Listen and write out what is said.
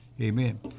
Amen